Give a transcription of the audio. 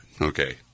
Okay